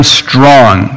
strong